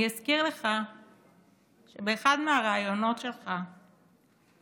אני אזכיר לך שבאחד מהראיונות שלך אמרת